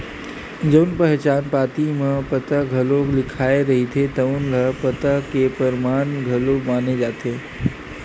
जउन पहचान पाती म पता घलो लिखाए रहिथे तउन ल पता के परमान घलो माने जाथे